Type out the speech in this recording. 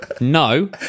no